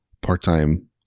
part-time